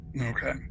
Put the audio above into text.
Okay